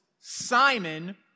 Simon